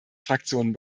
fraktionen